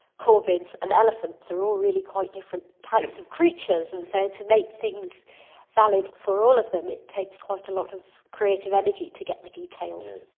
corvids and elephants are all really quite different types of creatures, and so to make things valid for all of them it takes quite a lot of creative energy to get the details.